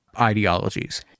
ideologies